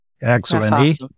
Excellent